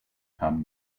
come